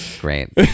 Great